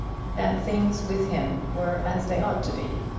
that things with him were as they ought to be.